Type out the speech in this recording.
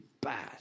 bad